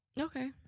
Okay